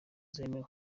zemewe